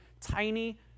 tiny